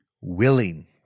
willing